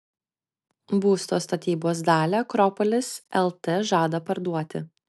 būsto statybos dalį akropolis lt žada parduoti